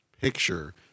picture